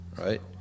Right